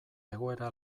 egoera